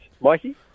Mikey